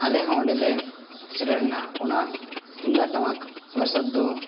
ᱟᱞᱮ ᱦᱚᱸ ᱚᱸᱰᱮᱞᱮ ᱥᱮᱴᱮᱨ ᱞᱮᱱᱟ ᱚᱱᱟ ᱛᱩᱢᱫᱟᱜ ᱴᱟᱢᱟᱠ ᱚᱣᱟᱨᱠᱥᱚᱯ ᱫᱚ